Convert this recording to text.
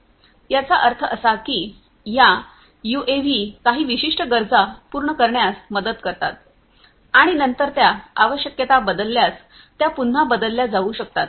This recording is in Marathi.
याचा अर्थ असा की या यूएव्ही काही विशिष्ट गरजा पूर्ण करण्यास मदत करतात आणि नंतर त्या आवश्यकता बदलल्यास त्या पुन्हा बदलल्या जाऊ शकतात